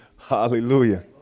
Hallelujah